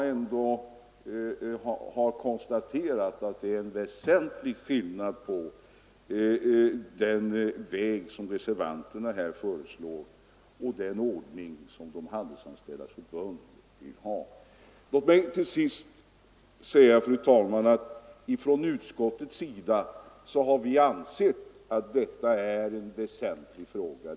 Jag har konstaterat att det är en väsentlig skillnad mellan den väg reservanterna rekommenderar och den ordning som Handelsanställdas förbund föreslår. Låt mig till sist säga, fru talman, att utskottet har ansett frågan om arbetsmaterial är en väsentlig fråga.